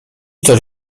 coś